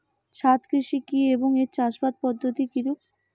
ছাদ কৃষি কী এবং এর চাষাবাদ পদ্ধতি কিরূপ?